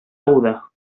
aguda